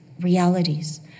realities